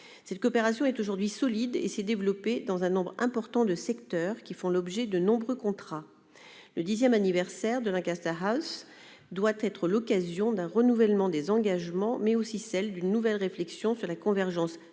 Cette coopération est aujourd'hui solide. Elle s'est développée dans un nombre important de secteurs qui font l'objet de nombreux contrats. Le dixième anniversaire des accords de Lancaster House doit être l'occasion d'un renouvellement des engagements, mais aussi d'une nouvelle réflexion sur la convergence stratégique,